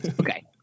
Okay